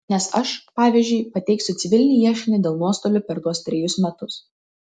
nes aš pavyzdžiui pateiksiu civilinį ieškinį dėl nuostolių per tuos trejus metus